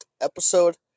episode